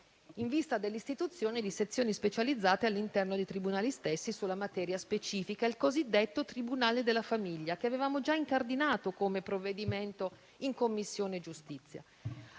in vista dell'istituzione di sezioni specializzate all'interno dei tribunali stessi sulla materia specifica. Si tratta del cosiddetto tribunale della famiglia, che avevamo già incardinato come provvedimento in Commissione giustizia.